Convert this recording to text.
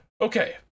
Okay